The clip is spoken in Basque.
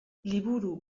liburu